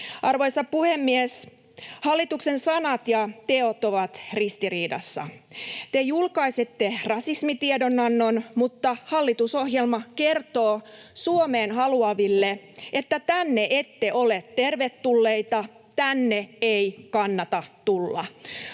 Arvoisa puhemies! Hallituksen sanat ja teot ovat ristiriidassa. Te julkaisette rasismitiedonannon, mutta hallitusohjelma kertoo Suomeen haluaville, että tänne ette ole tervetulleita ja tänne ei kannata tulla.